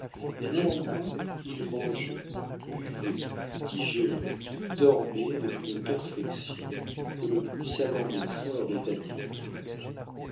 et néanmoins il mangeait buvait digérait dormait avec une perfection que le plus savant médecin aurait admirée